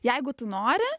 jeigu tu nori